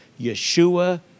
Yeshua